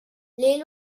les